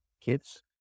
kids